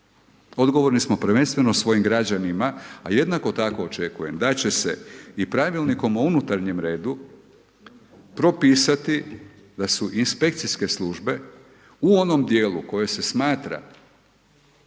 Odgovorni smo prvenstveno svojim građanima, a jednako tako očekujem da će se i pravilnikom o unutarnjem redu propisati da su inspekcijske službe u onom dijelu koje se smatra